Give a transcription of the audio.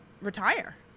retire